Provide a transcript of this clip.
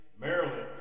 Maryland